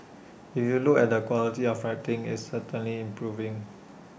if you look at the quality of writing it's certainly improving